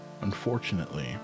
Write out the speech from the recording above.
unfortunately